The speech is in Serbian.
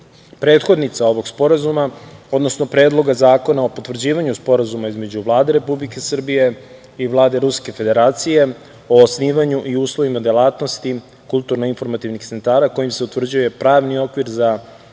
prethodnica ovog sporazuma, odnosno Predloga zakona o potvrđivanju Sporazuma između Vlade Republike Srbije i Vlade Ruske Federacije o osnivanju i uslovima delatnosti kulturno-informativnih centara kojim se utvrđuje pravni okvir za jačanje